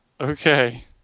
Okay